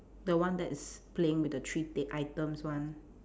the one that is playing with the three t~ items one